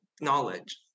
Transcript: knowledge